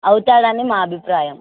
అవుతుండని మా అభిప్రాయం